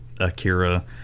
Akira